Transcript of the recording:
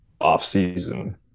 off-season